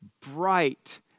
bright